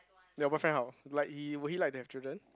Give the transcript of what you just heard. your boyfriend how like he will he like to have children